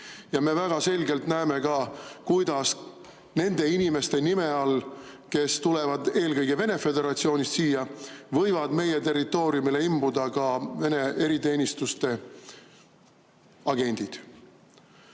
näeme väga selgelt ka seda, kuidas nende inimeste nime all, kes tulevad siia eelkõige Venemaa Föderatsioonist, võivad meie territooriumile imbuda ka Vene eriteenistuste agendid.